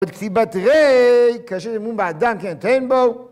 בכתיבת ריי, כאשר אמון באדם, כן, תן בו.